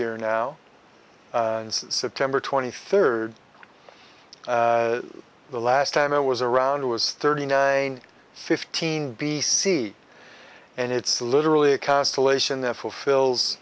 year now it's september twenty third the last time i was around was thirty nine fifteen b c and it's literally a constellation that fulfills